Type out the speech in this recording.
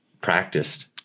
practiced